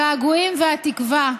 הגעגועים והתקווה.